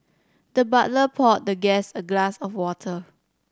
the butler poured the guest a glass of water